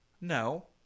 No